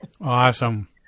Awesome